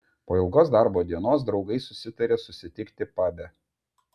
po ilgos darbo dienos draugai susitarė susitikti pabe